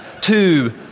two